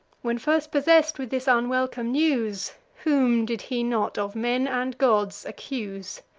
when first possess'd with this unwelcome news whom did he not of men and gods accuse?